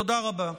תודה רבה.